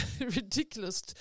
ridiculous